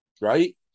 Right